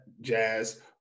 jazz